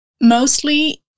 Mostly